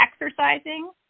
exercising